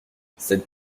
cette